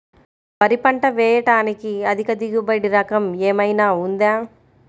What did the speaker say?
వరి పంట వేయటానికి అధిక దిగుబడి రకం ఏమయినా ఉందా?